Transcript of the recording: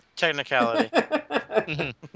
technicality